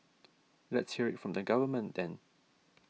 let's hear from the government then